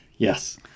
Yes